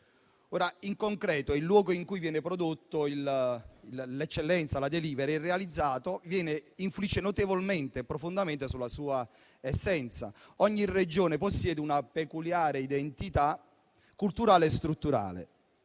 In concreto, il luogo in cui viene prodotta l'eccellenza, la *delivery,* influisce notevolmente e profondamente sulla sua essenza. Ogni Regione possiede una peculiare identità culturale e strutturale,